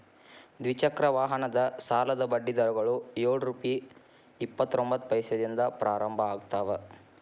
ದ್ವಿಚಕ್ರ ವಾಹನದ ಸಾಲದ ಬಡ್ಡಿ ದರಗಳು ಯೊಳ್ ರುಪೆ ಇಪ್ಪತ್ತರೊಬಂತ್ತ ಪೈಸೆದಿಂದ ಪ್ರಾರಂಭ ಆಗ್ತಾವ